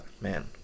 man